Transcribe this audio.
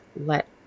let